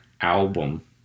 album